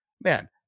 man